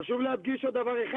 חשוב להדגיש עוד דבר אחד.